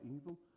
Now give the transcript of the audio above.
evil